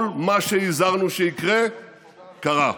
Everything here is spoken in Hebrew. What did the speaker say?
כל מה שהזהרנו שיקרה קרה,